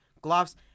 gloves